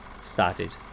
started